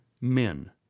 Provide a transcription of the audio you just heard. Men